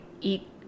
eat